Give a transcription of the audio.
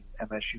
MSU